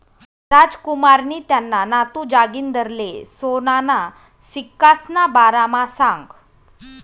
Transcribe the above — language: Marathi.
रामकुमारनी त्याना नातू जागिंदरले सोनाना सिक्कासना बारामा सांगं